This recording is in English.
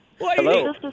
Hello